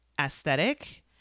aesthetic